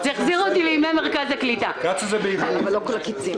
(היו"ר מכלוף מיקי זוהר, 12:00)